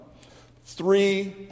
Three